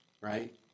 Right